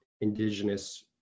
Indigenous